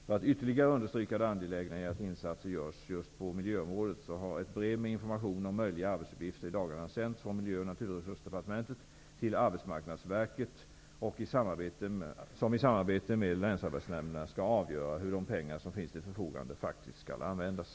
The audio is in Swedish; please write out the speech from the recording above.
För att ytterligare understryka det angelägna i att insatser görs just på miljöområdet har ett brev med information om möjliga arbetsuppgifter i dagarna sänts från Miljö och naturresursdepartementet till Arbetsmarknadsverket, som i samarbete med länsarbetsnämnderna skall avgöra hur de pengar som finns till förfogande faktiskt skall användas.